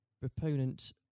proponent